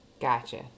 Gotcha